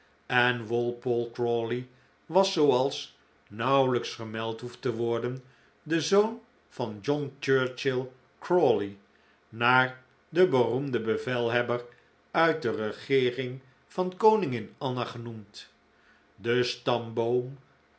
en walpole crawley was zooals nauwelijks vermeld hoeft te worden de zoon van john churchill crawley naar den beroemden bevelhebber uit de regeering van koningin anna genoemd de